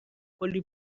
کلی